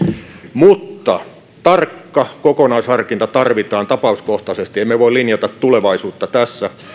mutta tarkka kokonaisharkinta tarvitaan tapauskohtaisesti emme voi linjata tulevaisuutta tässä